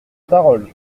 parole